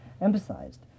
emphasized